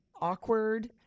awkward